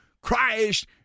Christ